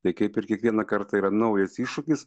tai kaip ir kiekvieną kartą yra naujas iššūkis